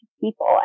people